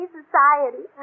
society